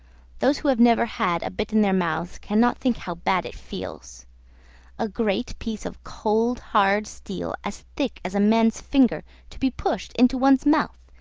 those who have never had a bit in their mouths cannot think how bad it feels a great piece of cold hard steel as thick as a man's finger to be pushed into one's mouth,